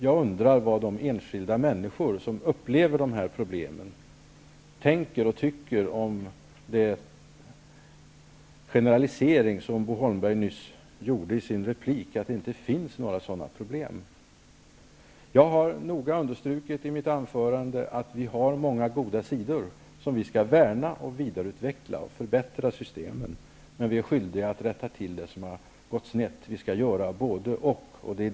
Jag undrar vad de enskilda människor som upplever de här problemen tänker och tycker om den generalisering som Bo Holmberg gjorde nyss i sin replik, då han sade att det inte finns sådana problem. Jag har i mitt anförande noga understrukit att våra välfärdssystem har många goda sidor som vi skall värna. Vi skall vidareutveckla och förbättra systemen. Men vi är skyldiga att rätta till det som har gått snett -- vi skall göra både/och.